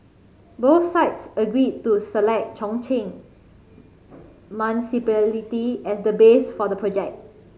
both sides agreed to select Chongqing as the base for the project